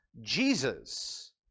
Jesus